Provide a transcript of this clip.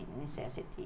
necessity